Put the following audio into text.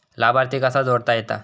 लाभार्थी कसा जोडता येता?